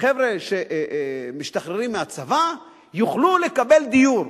חבר'ה שמשתחררים מהצבא יוכלו לקבל דיור.